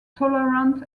tolerant